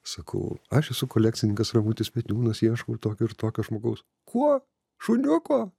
sakau aš esu kolekcininkas ramutis petniūnas ieškau tokio ir tokio žmogaus kuo šuniuko